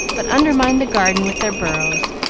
but undermined the garden with their burrows,